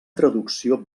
traducció